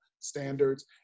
standards